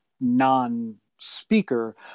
non-speaker